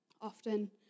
Often